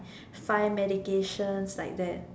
five medications like that